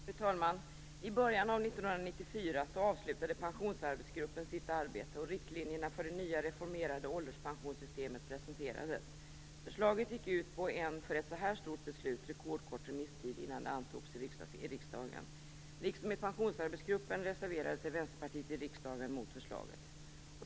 Fru talman! I början av 1994 avslutade pensionsarbetsgruppen sitt arbete och riktlinjerna för det nya, reformerade ålderspensionssystemet presenterades. Förslaget gick ut på en för ett så här stort beslut rekordkort remisstid innan det antogs i riksdagen. Liksom i pensionsarbetsgruppen reserverade sig Vänsterpartiet i riksdagen mot förslaget.